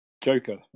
Joker